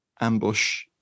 ambush